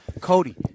Cody